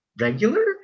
regular